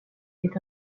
est